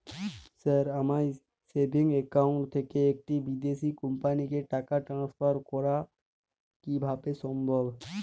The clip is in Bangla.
স্যার আমার সেভিংস একাউন্ট থেকে একটি বিদেশি কোম্পানিকে টাকা ট্রান্সফার করা কীভাবে সম্ভব?